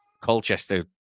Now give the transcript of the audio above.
Colchester